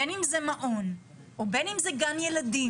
בין אם זה מעון או בין אם זה גן ילדים,